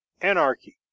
anarchy